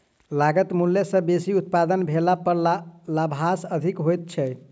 लागत मूल्य सॅ बेसी उत्पादन भेला पर लाभांश अधिक होइत छै